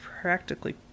practically